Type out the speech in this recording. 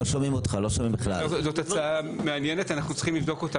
זאת הצעה מעניינת ואנחנו צריכים לבדוק אותה